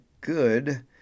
good